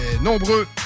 nombreux